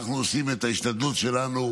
אנחנו עושים את ההשתדלות שלנו.